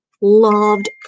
loved